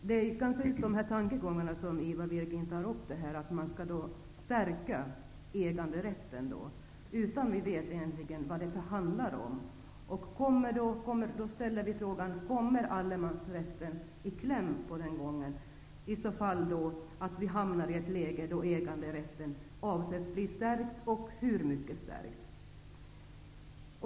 Herr talman! Just dessa tankegångar, som Ivar Virgin tar upp, att stärka äganderätten, utan att vi egentligen vet vad det handlar om, gör att vi ställer oss frågan: Kommer allemansrätten i kläm om vi hamnar i ett läge där äganderätten avses bli stärkt?